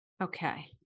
Okay